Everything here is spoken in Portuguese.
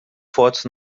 fotos